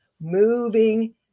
moving